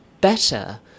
better